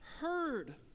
heard